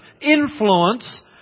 influence